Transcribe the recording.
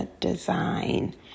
design